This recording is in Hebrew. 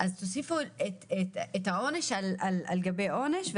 אז תוסיפו עונש על גבי עונש,